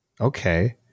okay